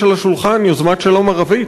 יש על השולחן יוזמת שלום ערבית,